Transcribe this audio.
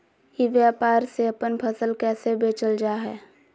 ई व्यापार से अपन फसल कैसे बेचल जा हाय?